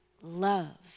love